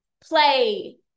play